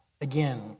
again